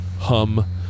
hum